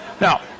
Now